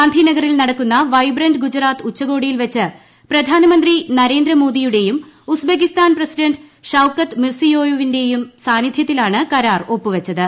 ഗാന്ധിനഗറിൽ നടക്കുന്ന വൈബ്രന്റ് ഗുജറാത്ത് ഉച്ചകോടിയിൽ വെച്ച് പ്രധാനമന്ത്രി നരേന്ദ്രമോദിയുടെയും ഉസ്ബക്കിസ്ഥാൻ പ്രസിഡന്റ് ഷൌക്കത്ത് മിർസിയോയേവ് ന്റെയും സാന്നിധ്യത്തിലാണ് കരാർ ഒപ്പുവെച്ചത്